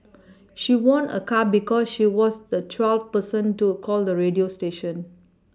she won a car because she was the twelfth person to call the radio station